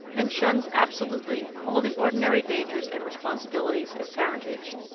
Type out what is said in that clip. and shuns absolutely all the ordinary dangers and responsibilities of parentage.